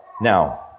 Now